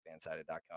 fansided.com